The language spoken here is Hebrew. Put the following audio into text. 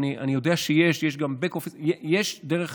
יודע שיש, יש דרך